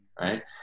right